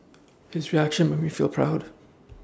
his reaction made me feel proud